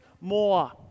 more